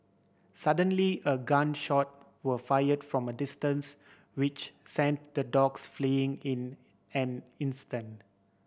suddenly a gun shot were fired from a distance which sent the dogs fleeing in an instant